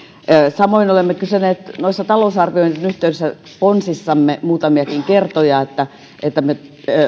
samoin olemme kysyneet talousarvioiden yhteydessä ponsissamme muutamiakin kertoja että että me